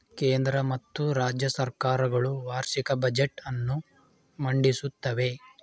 ಕೇಂದ್ರ ಮತ್ತು ರಾಜ್ಯ ಸರ್ಕಾರ ಗಳು ವಾರ್ಷಿಕ ಬಜೆಟ್ ಅನ್ನು ಮಂಡಿಸುತ್ತವೆ